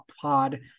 Pod